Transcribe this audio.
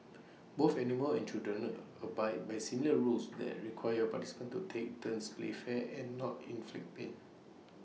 both animals and children abide by similar rules that require participants to take turns play fair and not inflict pain